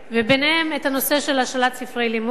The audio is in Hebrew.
וביניהם את הנושא של השאלת ספרי לימוד,